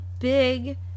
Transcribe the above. big